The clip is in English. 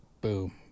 boom